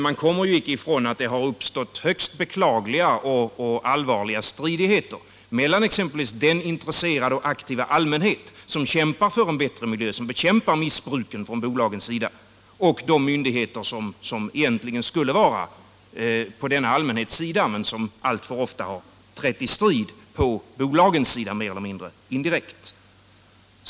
Man kommer ju icke ifrån att det har uppstått högst beklagliga och allvarliga stridigheter mellan exempelvis den intresserade och aktiva allmänhet, som kämpar för en bättre miljö och bekämpar missbruken från bolagens sida, och de myndigheter som egentligen skulle vara på denna allmänhets sida men som alltför ofta mer eller mindre indirekt har trätt i striden på bolagens sida.